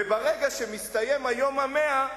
וברגע שמסתיים היום ה-100,